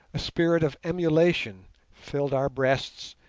a spirit of emulation filled our breasts,